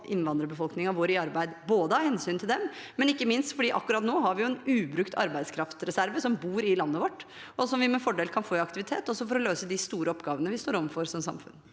få innvandrerbefolkningen vår i arbeid. Det er både av hensyn til dem og ikke minst fordi vi akkurat nå har en ubrukt arbeidskraftreserve som bor i landet vårt, og som vi med fordel kan få i aktivitet, også for å løse de store oppgavene vi står overfor som samfunn.